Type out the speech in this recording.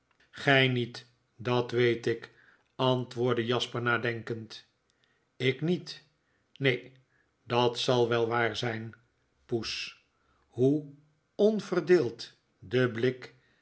gy niet dat weet ik antwoordde jasper nadenkend lk niet neen dat zal wel waar zyn poes hoe onverdeeld de blik